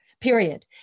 period